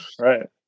right